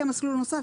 מסלול נוסף,